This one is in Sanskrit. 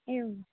एवम्